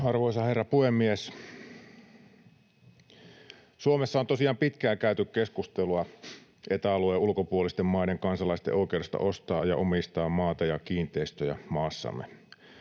Arvoisa herra puhemies! Suomessa on tosiaan pitkään käyty keskustelua Eta-alueen ulkopuolisten maiden kansalaisten oikeudesta ostaa ja omistaa maata ja kiinteistöjä maassamme.